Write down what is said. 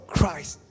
Christ